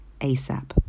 ASAP